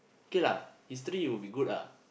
K lah history would be good ah